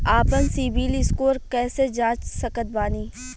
आपन CIBIL score कैसे जांच सकत बानी?